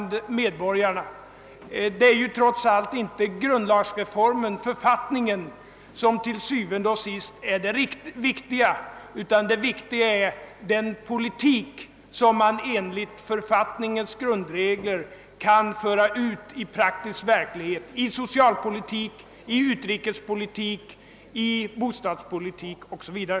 Det är trots allt inte författningen som til syvende og sidst är det viktiga, utan det viktiga är den politik som man enligt författningens grundregler kan föra ut i praktisk verklighet, i socialpolitik, utrikespolitik, bostadspolitik o.s.v.